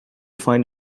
find